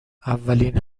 اولین